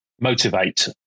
motivate